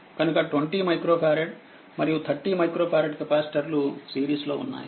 కనుక20 microfarad మరియు30 micro ఫారెడ్కెపాసిటర్లు సిరీస్లో ఉన్నాయి